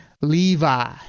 Levi